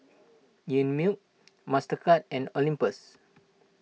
Einmilk Mastercard and Olympus